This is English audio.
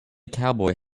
cowboy